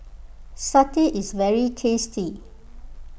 Satay is very tasty